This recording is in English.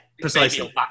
precisely